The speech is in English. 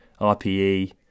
RPE